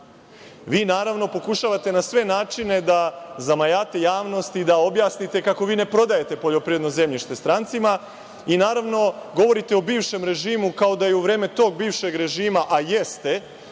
naravno, pokušavate na sve načine da zamajate javnost i da objasnite kako vi ne prodajete poljoprivredno zemljište strancima i, naravno, govorite o bivšem režimu kao da je u vreme tog bivšeg režima, a jeste,